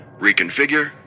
reconfigure